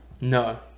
No